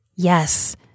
Yes